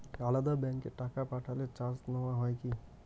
আলাদা ব্যাংকে টাকা পাঠালে চার্জ নেওয়া হয় কি?